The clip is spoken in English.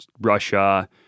Russia